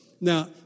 Now